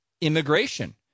immigration